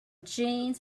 jeans